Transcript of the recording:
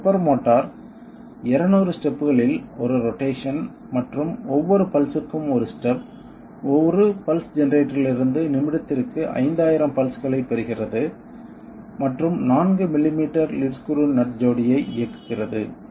stepper motor 200 ஸ்டெப்களில் 1 rotation மற்றும் ஒவ்வொரு பல்ஸ்க்கும் 1 ஸ்டெப் ஒரு பல்ஸ் ஜெனரேட்டரிலிருந்து நிமிடத்திற்கு 5000 பல்ஸ்களைப் பெறுகிறது மற்றும் 4 மில்லிமீட்டர் லீட் ஸ்க்ரூ நட் ஜோடியை இயக்குகிறது